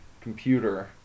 computer